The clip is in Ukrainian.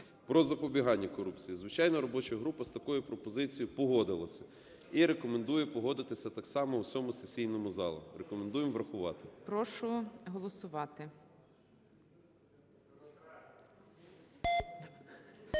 "Про запобігання корупції". Звичайно, робоча група з такою пропозицією погодилася і рекомендує погодитися так само усьому сесійному залі. Рекомендуємо врахувати. ГОЛОВУЮЧИЙ. Прошу голосувати.